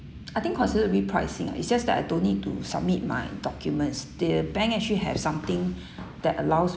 I think considered repricing it's just that I don't need to submit my documents the bank actually have something that allows